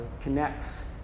connects